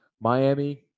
Miami